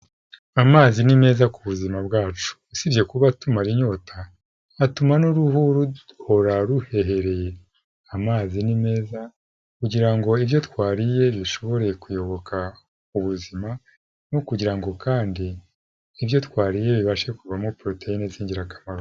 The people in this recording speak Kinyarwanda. Amazi ni meza ku buzima bwacu usibye kuba tumara inyota, atuma n'uruhu ruhora rubobereye, amazi ni meza kugira ngo ibyo twariye bishobore kuyoboka ubuzima no kugira kandi ibyo twariye bibashe kuvamo proteins z'ingirakamaro.